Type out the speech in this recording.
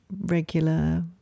regular